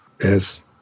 Yes